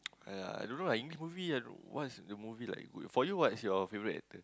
yea I don't know English movie I don't know what's the movie like good for you what's your favourite actor